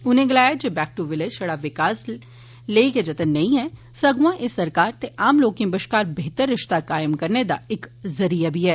उनें गलाया जे बैक टू विलेज छड़ा विकास लेई गै जत्न नेंई ऐ सग्आ एह सरकार ते आम लोकें बष्कार बेहतर रिष्ता कायम करने दा इक जरिया बी ऐ